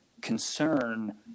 concern